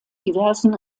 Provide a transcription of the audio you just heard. diversen